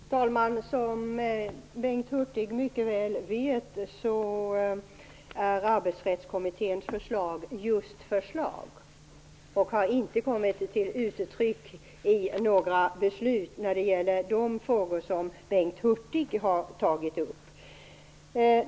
Herr talman! Som Bengt Hurtig mycket väl vet är Arbetsrättskommitténs förslag just förslag och har inte kommit till uttryck i några beslut när det gäller de frågor som Bengt Hurtig har tagit upp.